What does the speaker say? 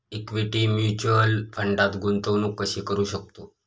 Equity mutual फंडात गुंतवणूक कशी करू शकतो?